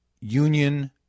Union